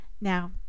now